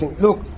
look